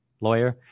lawyer